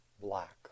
black